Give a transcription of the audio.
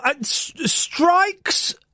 Strikes